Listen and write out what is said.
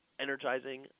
energizing